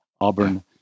Auburn